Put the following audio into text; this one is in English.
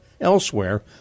elsewhere